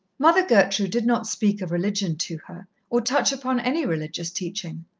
mother gertrude did not speak of religion to her, or touch upon any religious teaching,